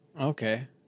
Okay